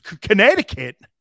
Connecticut